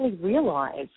realize